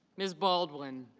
ms. baldwin